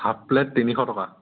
half plate তিনিশ টকা